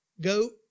goat